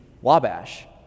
wabash